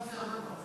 נכנסתי הרבה פעמים.